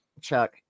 Chuck